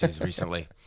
recently